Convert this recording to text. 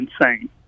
insane